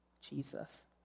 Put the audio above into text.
Jesus